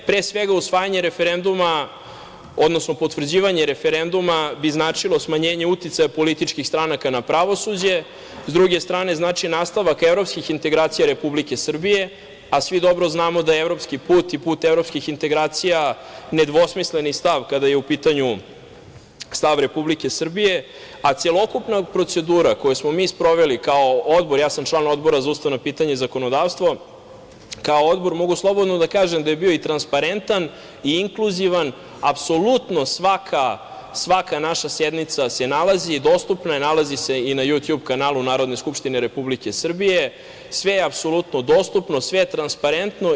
Pre svega, potvrđivanje referenduma bi značilo smanjenje uticaja političkih stranaka na pravosuđe, s druge strane znači nastavak evropskih integracija Republike Srbije, a svi dobro znamo da je evropski put i put evropskih integracija nedvosmisleni stav kada je u pitanju stav Republike Srbije, a celokupna procedura koju smo mi sproveli kao odbor, ja sam član Odbora za ustavna pitanja i zakonodavstvo, mogu slobodno da kažem da je bio i transparentan i inkluzivan, apsolutno svaka naša sednica se nalazi i dostupna je i na Jutjub kanalu Narodne skupštine Republike Srbije, sve je apsolutno dostupno, sve je transparentno.